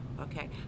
okay